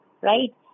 Right